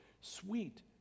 sweet